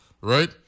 right